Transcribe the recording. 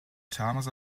chalmers